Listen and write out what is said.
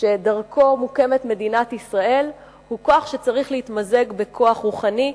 שדרכו מוקמת מדינת ישראל הוא כוח שצריך להתמזג בכוח רוחני,